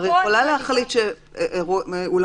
הרי היא יכולה להחליט שהיא לא סוגרת